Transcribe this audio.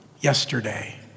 yesterday